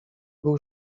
był